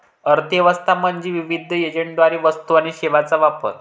अर्थ व्यवस्था म्हणजे विविध एजंटद्वारे वस्तू आणि सेवांचा वापर